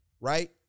Right